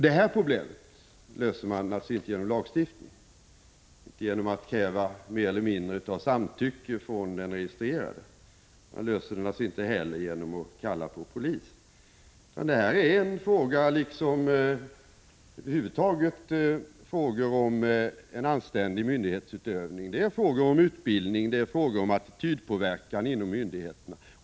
Detta problem löser man naturligtvis inte genom lagstiftning eller genom att kräva mer eller mindre av samtycke från den registrerade, och naturligtvis inte heller genom att kalla på polis. Vad det här är fråga om är en över huvud taget anständig myndighetsutövning, om en utbildning och om en attitydpåverkan inom myndigheterna.